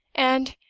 and,